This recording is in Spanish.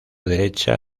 derecha